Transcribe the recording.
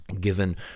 given